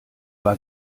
war